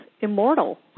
immortal